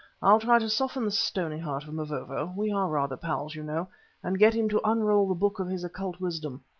i'll try to soften the stony heart of mavovo we are rather pals, you know and get him to unroll the book of his occult wisdom,